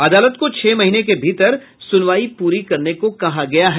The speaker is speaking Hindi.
अदालत को छह महीने के भीतर सुनवाई पूरी करने को कहा गया है